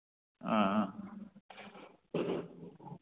ꯑꯥ ꯑꯥ